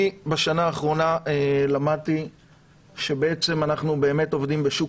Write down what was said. בשנה האחרונה למדתי שבעצם אנחנו עובדים בשוק